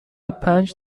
پنج